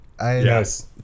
Yes